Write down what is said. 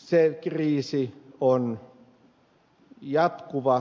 se kriisi on jatkuva